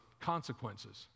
consequences